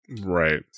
Right